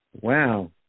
Wow